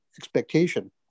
expectation